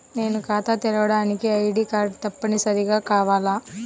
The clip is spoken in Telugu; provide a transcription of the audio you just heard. నేను ఖాతా తెరవడానికి ఐ.డీ కార్డు తప్పనిసారిగా కావాలా?